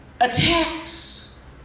Attacks